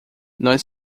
nós